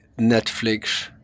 Netflix